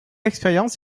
expérience